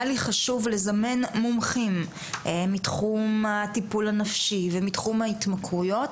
לי חשוב לזמן מומחים מתחום הטיפול הנפשי ומתחום ההתמכרויות,